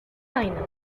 marine